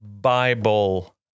Bible